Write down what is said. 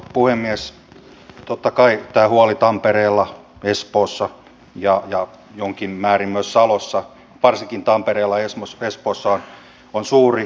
totta kai tämä huoli tampereella espoossa ja jossain määrin myös salossa mutta varsinkin tampereella ja espoossa on suuri